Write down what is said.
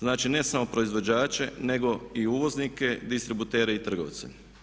Znači ne samo proizvođače nego i uvoznike, distributere i trgovce.